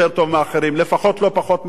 לפחות לא פחות מאף אחד אחר.